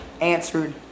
answered